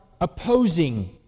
opposing